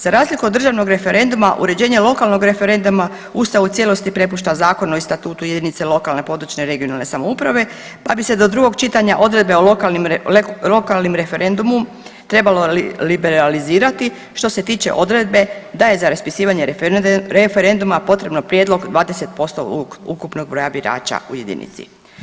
Za razliku od državnog referenduma uređenje lokalnog referenduma Ustav u cijelosti prepušta zakonu i statutu jedinice lokalne i područne (regionalne) samouprave pa bi se do drugog čitanja odredbe o lokalnom referendumu trebalo liberalizirati što se tiče odredbe da je za raspisivanje referenduma potreban prijedlog 20% ukupnog broja birača u jedinici.